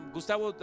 Gustavo